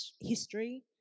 history